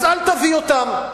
אז אל תביא אותם.